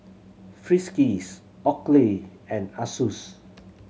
Friskies Oakley and Asus